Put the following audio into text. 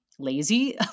lazy